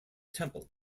temple